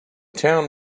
town